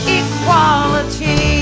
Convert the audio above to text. equality